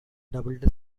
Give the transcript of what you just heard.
doubled